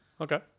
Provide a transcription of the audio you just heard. Okay